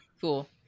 cool